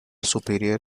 superior